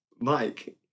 Mike